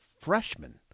freshman